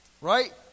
right